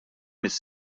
mis